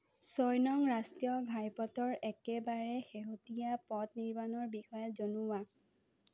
ছয় নং ৰাষ্ট্ৰীয় ঘাইপথৰ একেবাৰে শেহতীয়া পথ নিৰ্মাণৰ বিষয়ে জনোৱা